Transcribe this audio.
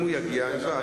אם הוא יגיע, אין בעיה.